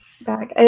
back